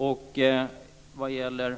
Också när det gäller